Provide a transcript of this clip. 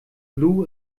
blu